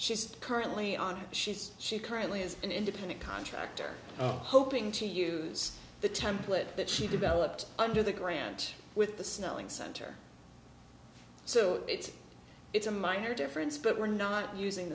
she's currently on she says she currently is an independent contractor hoping to use the template that she developed under the grant with the snelling center so it's it's a minor difference but we're not using